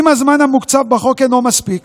אם הזמן המוקצב בחוק אינו מספיק,